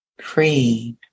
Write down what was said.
Free